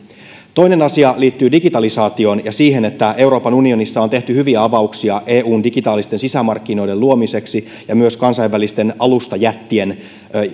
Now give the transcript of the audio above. toinen asia liittyy digitalisaatioon ja siihen että euroopan unionissa on tehty hyviä avauksia eun digitaalisten sisämarkkinoiden luomiseksi ja kansainvälisten alustajättien